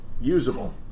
usable